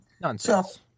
Nonsense